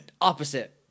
Opposite